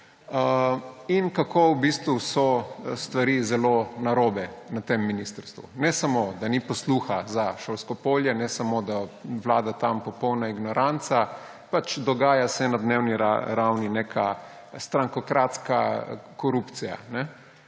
in kako so stvari zelo narobe na tem ministrstvu. Ne samo, da ni posluha za šolsko polje, ne samo, da vlada tam popolna ignoranca, dogaja se na dnevni ravni neka strankokratska korupcija.